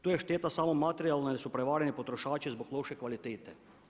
To je šteta samo materijalna jer su prevareni potrošači zbog loše kvalitete.